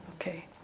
Okay